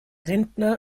rentner